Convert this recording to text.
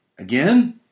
Again